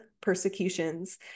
persecutions